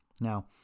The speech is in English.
Now